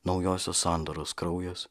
naujosios sandoros kraujas